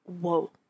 whoa